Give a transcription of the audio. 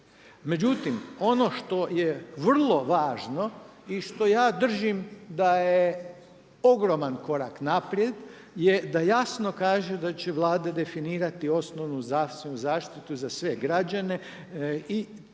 Međutim ono što je vrlo važno i što ja držim da je ogroman korak naprijed je da jasno kaže da će Vlada definirati osnovnu zdravstvenu zaštitu za sve građane i tzv.